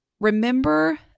Remember